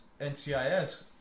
NCIS